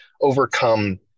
overcome